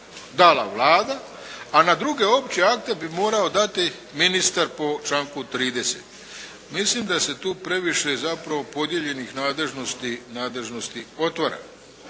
dala Vlada, a na druge opće akte bi morao dati ministar po članku 30. Mislim da se tu previše zapravo podijeljenih nadležnosti otvara.